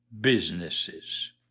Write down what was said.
businesses